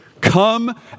come